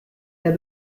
der